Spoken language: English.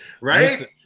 Right